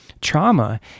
trauma